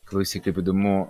klausyk kaip įdomu